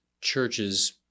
churches